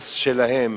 והיחס שלהם